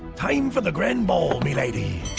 time for the grand ball milady